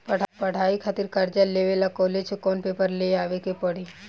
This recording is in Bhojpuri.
पढ़ाई खातिर कर्जा लेवे ला कॉलेज से कौन पेपर ले आवे के पड़ी?